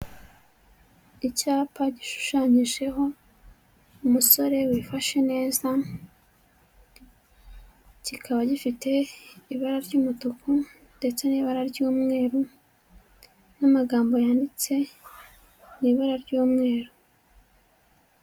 Icyapa gishushanyijeho umusore wifashe neza, kikaba gifite ibara ry'umutuku ndetse n'ibara ry'umweru ni amagambo yanitse n'ibara ry'umweru.